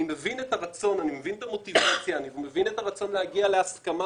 אני מבין את הרצון והמוטיבציה להגיע להסכמה